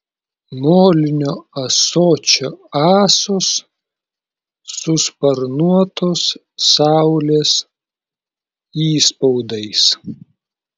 molinio ąsočio ąsos su sparnuotos saulės įspaudais